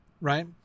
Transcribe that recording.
Right